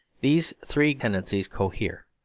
these three tendencies cohere,